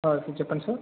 చెప్పండి సార్